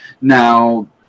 Now